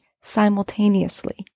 simultaneously